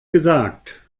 gesagt